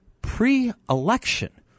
pre-election